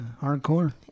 hardcore